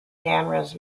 cameras